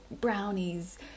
brownies